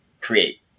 create